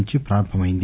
నుంచి ప్రారంభమైంది